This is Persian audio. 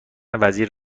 وزیر